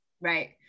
Right